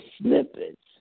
snippets